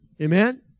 Amen